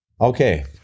Okay